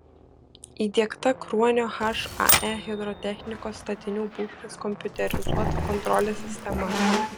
įdiegta kruonio hae hidrotechnikos statinių būklės kompiuterizuota kontrolės sistema